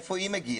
מאיפה היא מגיעה?